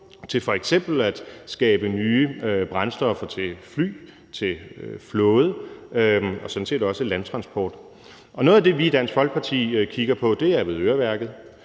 til f.eks. at skabe nye brændstoffer til fly, til flåde og sådan set også til landtransport. Noget af det, vi i Dansk Folkeparti kigger på, er Avedøreværket,